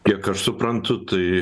kiek aš suprantu tai